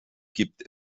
gibt